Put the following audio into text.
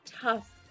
tough